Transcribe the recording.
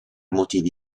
motivi